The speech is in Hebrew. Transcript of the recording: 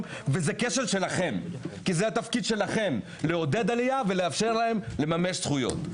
וזה כשל שלכם כי זה תפקידכם לעודד עלייה ולאפשר להם לממש זכויות.